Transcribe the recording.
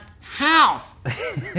house